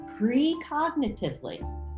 precognitively